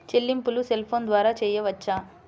చెల్లింపులు cell phone ద్వారా చేయవచ్చా?